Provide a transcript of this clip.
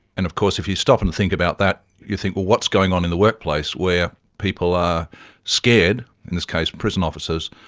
and of course, if you stop and think about that, you think, well, what's going on in the workplace where people are scared, in this case prison officers,